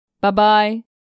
Bye-bye